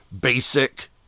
basic